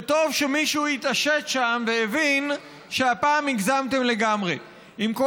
וטוב שמישהו התעשת שם והבין שהפעם הגזמתם לגמרי עם כל